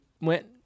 went